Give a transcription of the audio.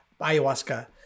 ayahuasca